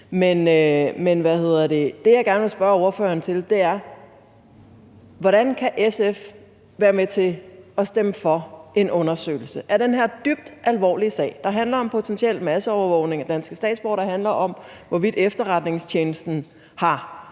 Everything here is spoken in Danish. Men det, jeg gerne vil spørge ordføreren om, er: Hvordan kan SF være med til at stemme for en undersøgelse af den her dybt alvorlige sag, der handler om potentiel masseovervågning af danske statsborgere, der handler om, hvorvidt efterretningstjenesten har